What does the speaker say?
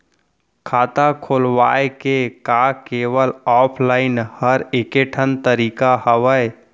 खाता खोलवाय के का केवल ऑफलाइन हर ऐकेठन तरीका हवय?